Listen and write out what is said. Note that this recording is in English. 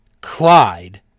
Clyde